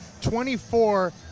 24